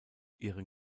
ihren